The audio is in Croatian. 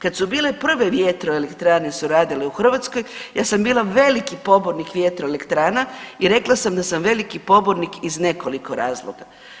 Kad su bile prve vjetroelektrane su radile u Hrvatskoj ja sam bila veliki pobornik vjetroelektrana i rekla sam da sam veliki pobornik iz nekoliko razloga.